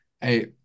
Hey